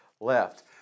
left